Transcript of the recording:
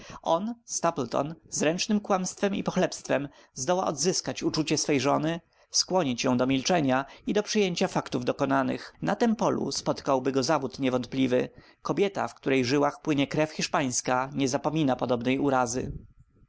on stapleton zręcznem kłamstwem i pochlebstwem zdoła odzyskać uczucie swej żony skłonić ją do milczenia i do przyjęcia faktów dokonanych na tem polu spotkałby go zawód niewątpliwy kobieta w której żyłach płynie krew hiszpańska nie zapomina podobnej urazy